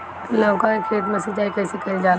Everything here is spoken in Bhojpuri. लउका के खेत मे सिचाई कईसे कइल जाला?